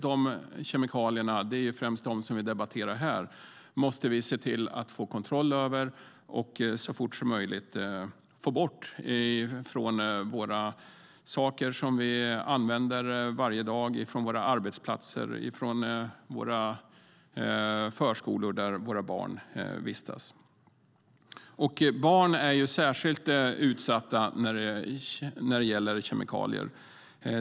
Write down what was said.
De kemikalierna - det är främst dem vi debatterar här - måste vi se till att få kontroll över och så fort som möjligt få bort från sådant som vi använder varje dag, från våra arbetsplatser och från våra förskolor där våra barn vistas. Barn är särskilt utsatta när det gäller kemikalier.